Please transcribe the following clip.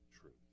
truth